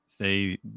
say